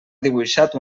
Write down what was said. dibuixat